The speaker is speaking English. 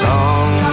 Song